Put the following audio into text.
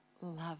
love